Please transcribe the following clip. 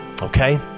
Okay